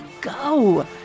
go